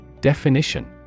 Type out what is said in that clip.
Definition